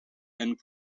and